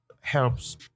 helps